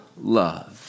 love